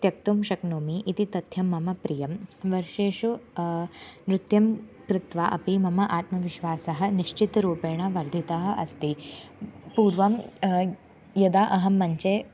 त्यक्तुं शक्नोमि इति तथ्यं मम प्रियं वर्षेषु नृत्यं कृत्वा अपि मम आत्मविश्वासः निश्चितरूपेण वर्धितः अस्ति पूर्वं यदा अहं मञ्चे